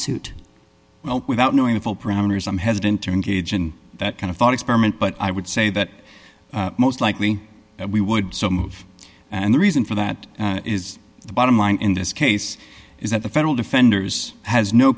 well without knowing the full parameters i'm hesitant to engage in that kind of thought experiment but i would say that most likely that we would so move and the reason for that is the bottom line in this case is that the federal defenders has no